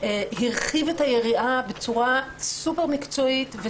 הרחיב את היריעה בצורה סופר מקצועית,